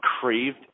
craved